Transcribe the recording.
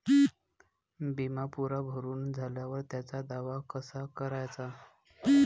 बिमा पुरा भरून झाल्यावर त्याचा दावा कसा कराचा?